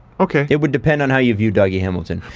okay, it would depend on how you view dougie hamilton.